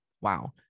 Wow